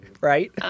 Right